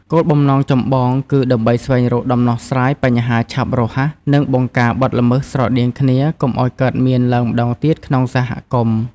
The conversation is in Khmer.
គោលបំណងចម្បងគឺ ដើម្បីស្វែងរកដំណោះស្រាយបញ្ហាឆាប់រហ័ស និងបង្ការបទល្មើសស្រដៀងគ្នាកុំឲ្យកើតមានឡើងម្តងទៀតក្នុងសហគមន៍។